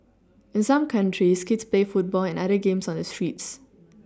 in some countries kids play football and other games on the streets